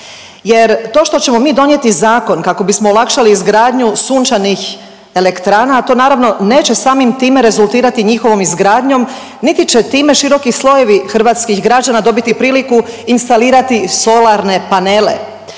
jer to što ćemo mi donijeti zakon kako bismo olakšali izgradnju sunčanih elektrana, to naravno neće samim time rezultirati njihovom izgradnjom, niti će time široki slojevi hrvatskih građana dobiti priliku instalirati solarne panele.